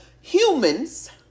humans